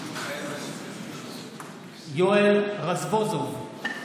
מתחייב אני יואל רזבוזוב,